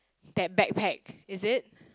that backpack is it